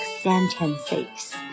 sentences